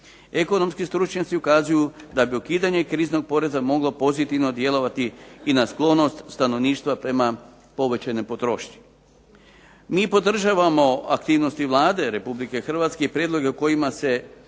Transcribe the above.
Ekonomski stručnjaci ukazuju da bi ukidanje kriznog poreza moglo pozitivno djelovati i na sklonost stanovništva prema povećanoj potrošnji. Mi podržavamo aktivnosti Vlade Republike Hrvatske i prijedloge kojima se